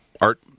art